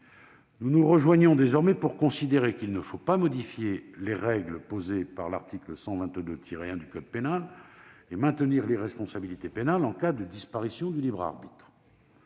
Nous nous rejoignons désormais sur la nécessité de ne pas modifier les règles posées par l'article 122-1 du code pénal et de maintenir l'irresponsabilité pénale en cas de disparition du libre arbitre.